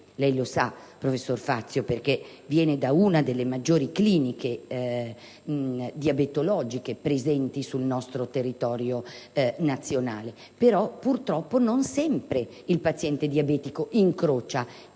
lei lo sa, professor Fazio, perché viene da una delle maggiori cliniche diabetologiche presenti sul territorio nazionale. Purtroppo, però, non sempre il paziente diabetico incrocia il